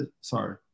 Sorry